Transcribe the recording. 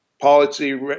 policy